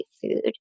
food